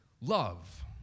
love